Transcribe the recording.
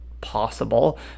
possible